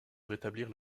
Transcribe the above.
rétablir